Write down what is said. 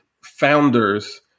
founders